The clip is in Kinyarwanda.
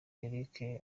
eric